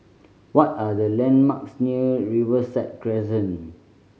what are the landmarks near Riverside Crescent